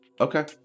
Okay